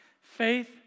Faith